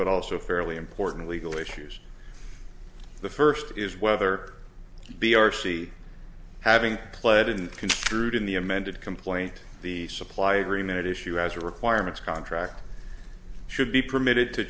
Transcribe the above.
but also fairly important legal issues the first is whether b r c having played and construed in the amended complaint the supply agreement issue as a requirements contract should be permitted to